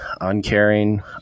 uncaring